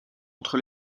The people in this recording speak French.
entre